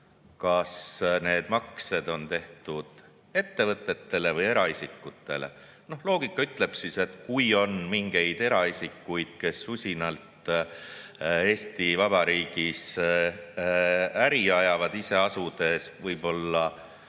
kas need maksed on tehtud ettevõtetele või eraisikutele. Loogika ütleb, et kui on mingeid eraisikuid, kes usinalt Eesti Vabariigis äri ajavad, ise asudes võib-olla